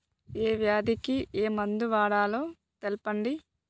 ఏ వ్యాధి కి ఏ మందు వాడాలో తెల్పండి?